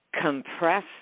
compress